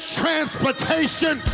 transportation